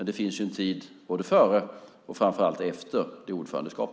Det finns dock en tid både före och framför allt efter detta ordförandeskap.